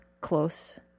close